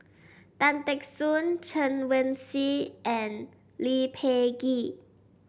Tan Teck Soon Chen Wen Hsi and Lee Peh Gee